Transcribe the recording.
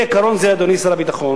לפי עיקרון זה, אדוני שר הביטחון,